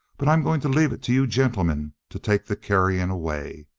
but i'm going to leave it to you gentlemen to take the carrion away.